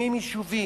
מקימים יישובים,